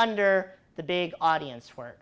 under the big audience for